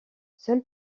seul